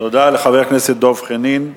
תודה לחבר הכנסת דב חנין.